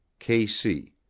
KC